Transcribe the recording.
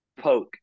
poke